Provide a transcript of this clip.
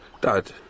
Dad